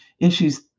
issues